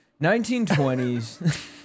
1920s